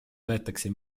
võetakse